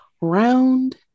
Round